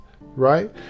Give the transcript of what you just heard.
right